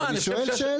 אני שואל שאלה.